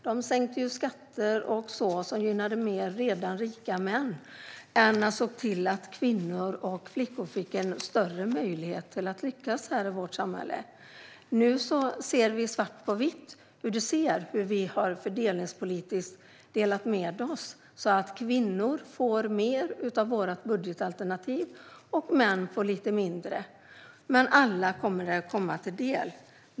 Den sänkte skatter på ett sätt som mer gynnade redan rika män än såg till att kvinnor och flickor fick större möjligheter att lyckas i vårt samhälle. Nu ser vi svart på vitt hur vi fördelningspolitiskt har delat med oss. Kvinnor får mer av vårt budgetalternativ, och män får lite mindre. Men alla kommer att få en del.